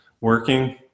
working